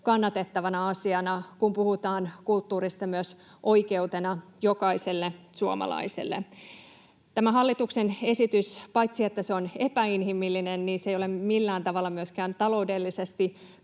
kannatettavana asiana, kun puhutaan kulttuurista myös oikeutena jokaiselle suomalaiselle. Paitsi että tämä hallituksen esitys on epäinhimillinen, se ei ole millään tavalla myöskään taloudellisesti